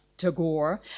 Tagore